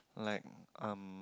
like um